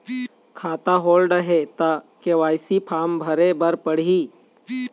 खाता होल्ड हे ता के.वाई.सी फार्म भरे भरे बर पड़ही?